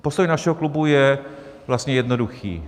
Postoj našeho klubu je vlastně jednoduchý.